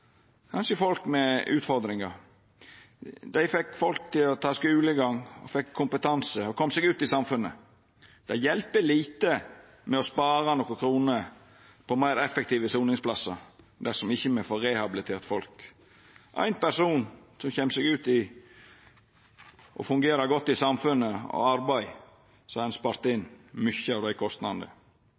folk med utfordringar. Dei fekk folk til å ta skulegang, dei fekk kompetanse og kom seg ut i samfunnet. Det hjelper lite å spara nokre kroner på meir effektive soningsplassar dersom me ikkje får rehabilitert folk. Er det éin person som kjem seg ut og fungerer godt i samfunnet og i arbeid, har ein spart inn mykje av dei kostnadene.